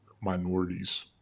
minorities